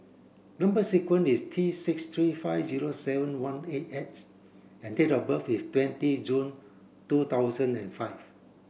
number sequence is T six three five zero seven one eight X and date of birth is twenty June two thousand and five